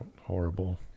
horrible